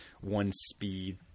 one-speed